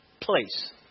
place